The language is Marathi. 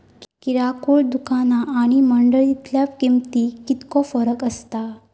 किरकोळ दुकाना आणि मंडळीतल्या किमतीत कितको फरक असता?